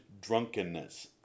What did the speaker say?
drunkenness